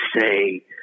say